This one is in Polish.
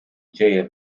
dzieje